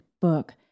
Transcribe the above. book